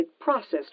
processed